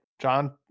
John